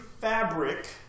fabric